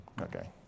Okay